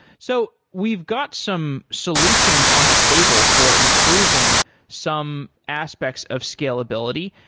so we've got some solutions on the table for improving some aspects of scalability.